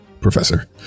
professor